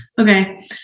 Okay